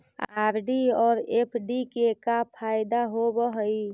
RD और FD के का फायदा होव हई?